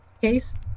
case